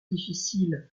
difficiles